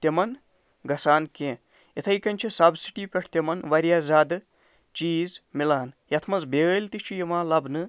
تِمَن گژھان کیٚنٛہہ یِتھٔے کٔنۍ چھِ سَبسِٹی پٮ۪ٹھ تِمَن واریاہ زیادٕ چیٖز میلان یَتھ منٛز بِیٛٲلۍ تہِ چھِ یِوان لَبنہٕ